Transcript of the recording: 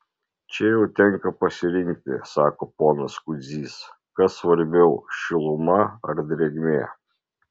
čia jau tenka pasirinkti sako ponas kudzys kas svarbiau šiluma ar drėgmė